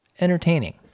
entertaining